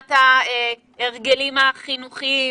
מבחינת ההרגלים החינוכיים,